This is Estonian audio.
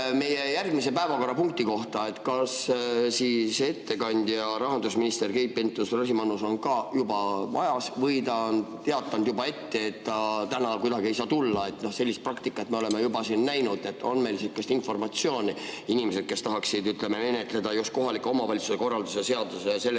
meie järgmise päevakorrapunkti pärast. Kas ettekandja rahandusminister Keit Pentus-Rosimannus on juba majas või ta on teatanud juba ette, et ta täna kuidagi ei saa tulla? No sellist praktikat me oleme juba näinud. On meil sihukest informatsiooni? Inimesed tahaksid menetleda just kohaliku omavalitsuse korralduse seaduse ja